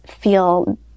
feel